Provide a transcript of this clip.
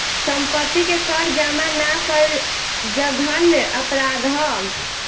सम्पत्ति के कर जामा ना कईल जघन्य अपराध ह